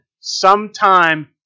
sometime